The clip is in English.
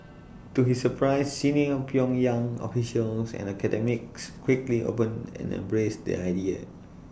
to his surprise senior pyongyang officials and academics quickly open and embraced the idea